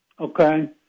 Okay